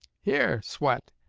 here, swett,